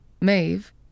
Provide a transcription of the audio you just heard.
Maeve